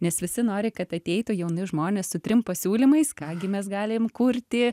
nes visi nori kad ateitų jauni žmonės su trim pasiūlymais ką gi mes galim kurti